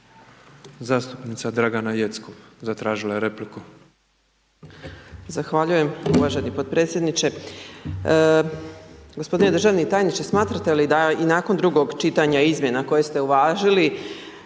Zastupnica Dragana Jeckov, zatražila je repliku.